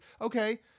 okay